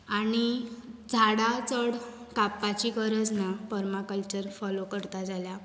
आनी झाडां चड कापपाची गरज ना परमाकल्चर फॉलो करता जाल्यार